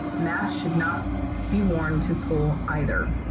masks should not be worn to school, either.